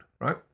right